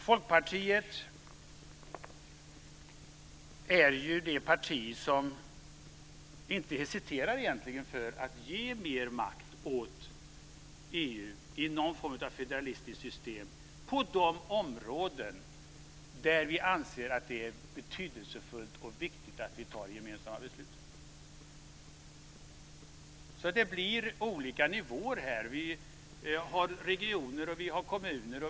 Folkpartiet är det parti som inte egentligen hesiterar att ge mer makt åt EU i någon from av federalistiskt system på de områden där vi anser att det är betydelsefullt och viktigt att vi fattar gemensamma beslut. Det blir olika nivåer här. Vi har regioner, och vi har kommuner.